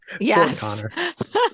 Yes